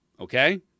okay